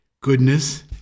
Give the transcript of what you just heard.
goodness